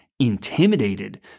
intimidated